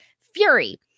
Fury